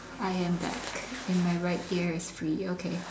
I am back and my right ear is free okay